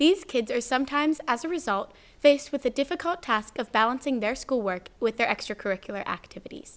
these kids or sometimes as a result faced with the difficult task of balancing their schoolwork with their extracurricular activities